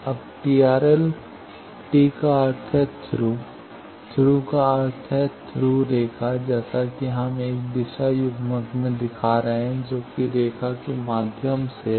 अब TRL T का अर्थ थ्रू है थ्रू का अर्थ है थ्रू रेखा जैसा कि हम एक दिशा युग्मक में दिखा रहे हैं जो कि रेखा के माध्यम से है